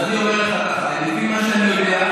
אז אני אומר לך ככה: לפי מה שאני יודע,